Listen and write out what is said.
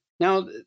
Now